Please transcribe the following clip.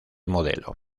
modelo